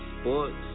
sports